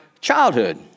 childhood